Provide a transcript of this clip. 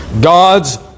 God's